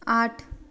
आठ